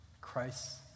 Christ